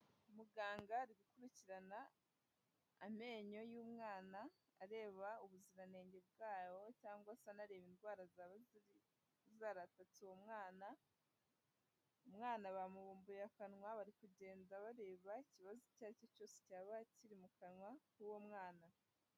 Muganga ari gukurikirana amenyo y'umwana areba ubuziranenge bwayo cyangwa se anareba indwara zaba zaratatse uwo mwana, umwana bamubumbuye akanwa bari kugenda bareba ikibazo icyo ari cyo cyose cyaba kiri mu kanwa k'uwo mwana,